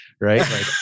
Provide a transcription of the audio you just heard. right